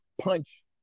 punch